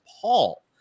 Paul